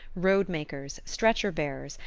road-makers, stretcher-bearers,